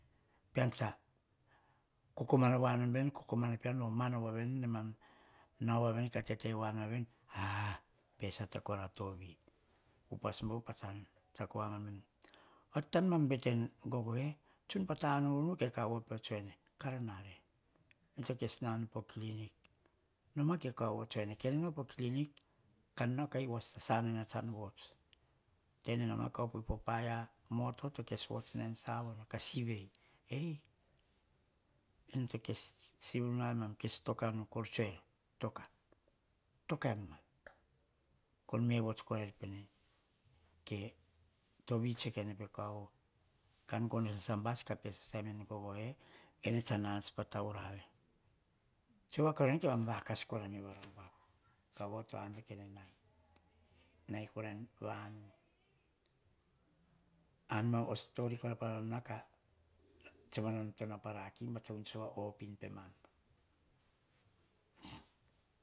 Pean tsa kokomano voa nom veni, kokomana pean komana, voa veni, ka tete voa noma veni "a" pe sata kora, tovi. Upas bauvu, san tsiako voa mam veni. Aim nemam bete ene gogoe tsun pa tanubunubu, ke kaovo pio, tsoe en, nare, ene to kes nao nu pa krinio, noma, ke kaovo tsoe eni, ka nao ka u as ta sanana tsan vots. Kene noma ka opoi, po paia moto to kes vuts na en savono, ka sevi ei, ene to kes sivi nu a miam, to kes toka nu. Kor tsoer, toka tokaim ma. Kor ve vots korair pene ke tovi tsoe kai ne pe kaovo, kan gono sasa bus ka pe sasaim en gogoe. Kene tsa sasa nats pa tau rave, tsoe voa kora veni ken mam va kas eme pa taurave kaovo to abe kene nai, nai kora en vanu. Ana stori kora, panem tsoe mere mam tsa nao po raki sova opin pemam.